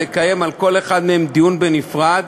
לקיים על כל אחת מהן דיון בנפרד,